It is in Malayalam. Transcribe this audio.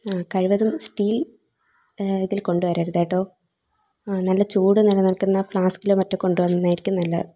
ആ കഴിവതും സ്റ്റീൽ ഇതിൽ കൊണ്ട് വരരുത് കേട്ടോ ആ നല്ല ചൂട് നിലനിൽക്കുന്ന ഫ്ലാസ്കിലോ മറ്റോ കൊണ്ടു വരുന്നതായിരിക്കും നല്ലത്